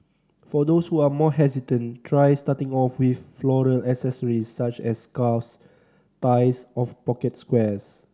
for those who are more hesitant try starting off with floral accessories such as scarves ties of pocket squares